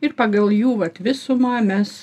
ir pagal jų vat visumą mes